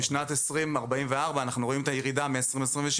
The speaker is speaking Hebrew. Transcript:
בשנת 2044 אנחנו רואים את הירידה מ-2027,